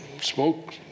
smoke